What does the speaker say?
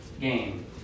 game